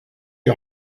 die